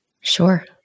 Sure